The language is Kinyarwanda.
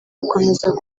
gukomeza